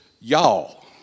y'all